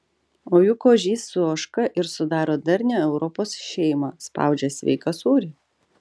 o juk ožys su ožka ir sudaro darnią europos šeimą spaudžia sveiką sūrį